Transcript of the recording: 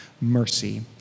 mercy